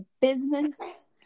business